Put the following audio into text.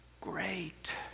great